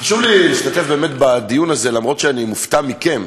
להשתתף בדיון הזה, למרות שאני מופתע מכם,